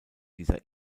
dieser